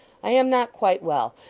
i am not quite well.